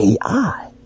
AI